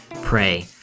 pray